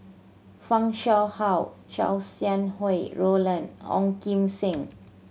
Fan Shao Hua Chow Sau Hai Roland Ong Kim Seng